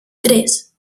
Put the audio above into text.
tres